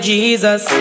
Jesus